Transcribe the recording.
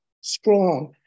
strong